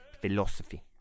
philosophy